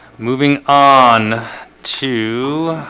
moving on to